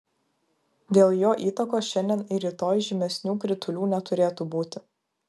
dėl jo įtakos šiandien ir rytoj žymesnių kritulių neturėtų būti